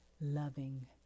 loving